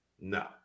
No